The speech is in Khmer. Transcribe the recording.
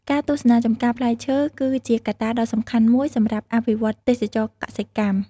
ការទស្សនាចម្ការផ្លែឈើគឺជាកត្តាដ៏សំខាន់មួយសម្រាប់អភិវឌ្ឍន៍ទេសចរណ៍កសិកម្ម។